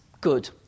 good